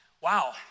Wow